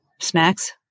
snacks